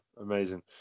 amazing